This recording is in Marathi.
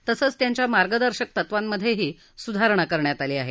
तसंच त्यांच्या मार्गदर्शक तत्वांमधेही सुधारणा करण्यात आली आहे